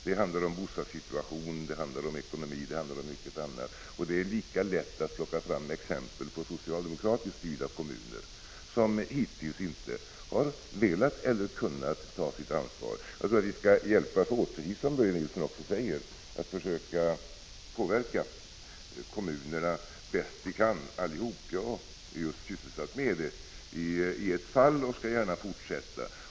Det handlar om bostadssituation, det handlar om ekonomi och mycket annat. Det är lika lätt att plocka fram exempel på socialdemokratiskt styrda kommuner som hittills inte har velat eller kunnat ta sitt ansvar. Jag anser att vi skall hjälpas åt, som Börje Nilsson också säger, att försöka påverka kommunerna bäst vi kan allihop. Jag är just sysselsatt med det i ett fall och skall gärna fortsätta.